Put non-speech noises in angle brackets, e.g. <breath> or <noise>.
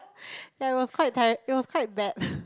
there was quite ti~ it was quite bad <breath>